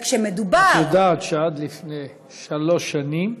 וכשמדובר, את יודעת שעד לפני שלוש שנים,